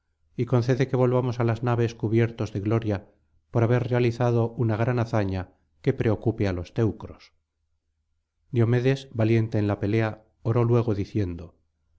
y concede que volvamos á las naves cubiertos de gloria por haber realizado una gran hazaña que preocupe á los teucros diomedes valiente en la pelea oró luego diciendo